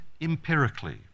empirically